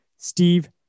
Steve